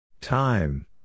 Time